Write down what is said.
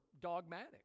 dogmatic